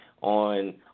on